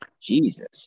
jesus